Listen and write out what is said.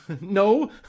No